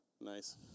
Nice